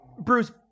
Bruce